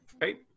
Right